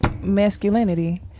Masculinity